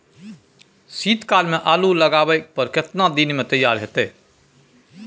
शीत काल में आलू लगाबय पर केतना दीन में तैयार होतै?